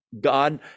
God